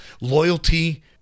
loyalty